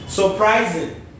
Surprising